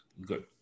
good